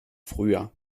früher